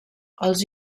els